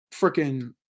freaking